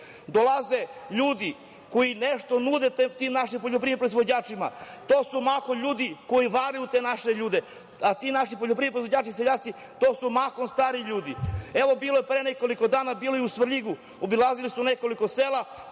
dolaze ljudi koji nešto nude tim našim poljoprivrednim proizvođačima. To su mahom ljudi koji varaju te naše ljude, a ti naši poljoprivredni proizvođači, seljaci, to su mahom stari ljudi. Evo, bilo je pre nekoliko dana, bilo je u Svrljigu, obilazili su nekoliko sela,